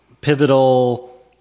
pivotal